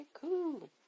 cool